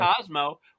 Cosmo